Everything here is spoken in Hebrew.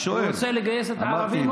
הוא רוצה לגייס את הערבים או לא רוצה?